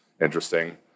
interesting